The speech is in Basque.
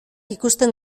ikusten